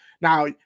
Now